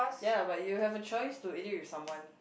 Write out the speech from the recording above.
ya but you have a choice to eat it with someone